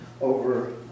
over